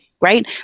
right